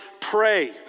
pray